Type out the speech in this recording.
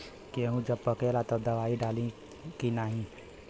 गेहूँ जब पकेला तब दवाई डाली की नाही?